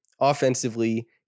Offensively